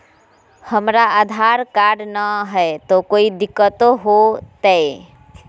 हमरा आधार कार्ड न हय, तो कोइ दिकतो हो तय?